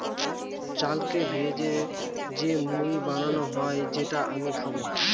চালকে ভেজে যে মুড়ি বানানো হয় যেটা আমি খাবো